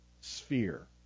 sphere